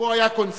שבו היה קונסנזוס.